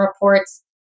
reports